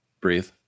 Breathe